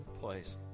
place